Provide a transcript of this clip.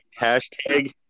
Hashtag